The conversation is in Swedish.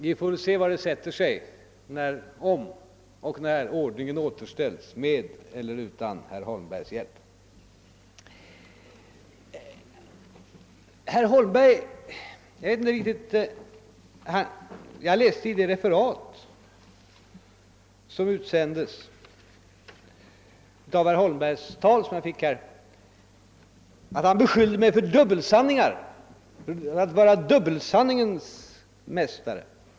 Vi får väl se var det sätter sig, om och när ordningen återställs med eller utan herr Holmbergs hjälp. Jag läste i ett utsänt referat av herr Holmbergs tal, att han beskyllt mig för att vara dubbelsanningens mästare.